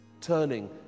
turning